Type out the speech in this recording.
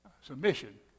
submission